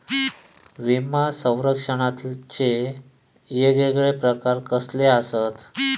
विमा सौरक्षणाचे येगयेगळे प्रकार कसले आसत?